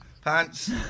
Pants